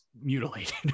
mutilated